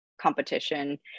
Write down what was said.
competition